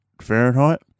Fahrenheit